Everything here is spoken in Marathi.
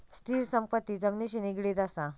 स्थिर संपत्ती जमिनिशी निगडीत असा